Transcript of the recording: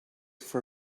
for